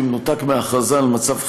במנותק מההכרזה על מצב חירום,